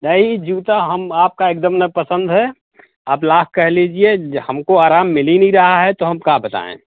नहीं जूता हम आपका एकदम नापसंद है आप लाख कह लीजिए ज हमको आराम मिल ही नहीं रहा है तो हम क्या बताएं